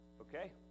okay